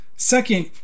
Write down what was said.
second